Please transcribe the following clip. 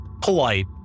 polite